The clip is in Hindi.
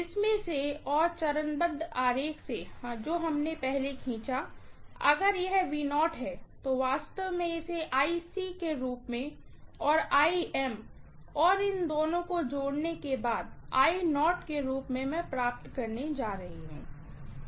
जिसमें से और फेसर डायग्राम से हमने पहले खींचा अगर यह है तो मैं वास्तव में इसे के रूप में और और इन दोनों को जोड़ने के बाद के रूप में प्राप्त करने जा रही हूँ